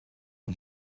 اون